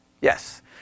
yes